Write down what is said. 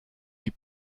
jej